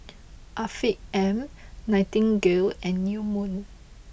Afiq M Nightingale and New Moon